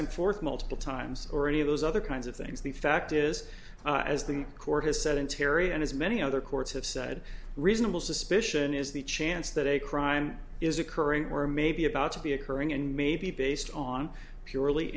and forth multiple times already of those other kinds of things the fact is as the court has said in terry and as many other courts have said reasonable suspicion is the chance that a crime is occurring or may be about to be occurring and may be based on purely